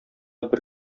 бер